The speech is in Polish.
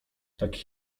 tak